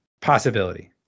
possibility